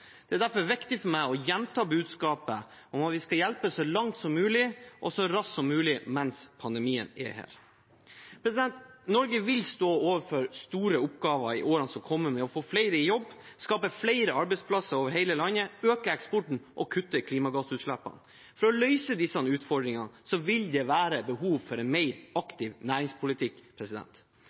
Det er derfor viktig for meg å gjenta budskapet om at vi skal hjelpe så langt som mulig og så raskt som mulig mens pandemien er her. Norge vil stå overfor store oppgaver i årene som kommer, med å få flere i jobb, skape flere arbeidsplasser over hele landet, øke eksporten og kutte klimagassutslippene. For å løse disse utfordringene vil det være behov for en mer aktiv næringspolitikk.